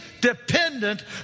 dependent